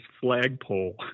flagpole